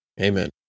Amen